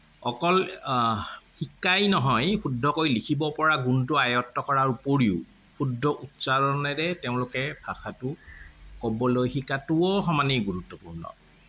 অকল শিকাই নহয় শুদ্ধকৈ লিখিব পৰা গুণটো আয়ত্ব কৰাৰ উপৰিও শুদ্ধ উচ্চাৰণৰে তেওঁলোকে ভাষাটো ক'বলৈ শিকাটোও সমানে গুৰুত্বপূৰ্ণ